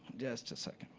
just a second.